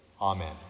Amen